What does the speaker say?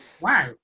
Wow